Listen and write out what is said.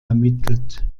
ermittelt